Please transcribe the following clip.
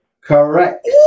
Correct